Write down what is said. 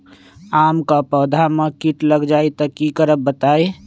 आम क पौधा म कीट लग जई त की करब बताई?